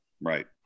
right